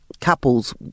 couples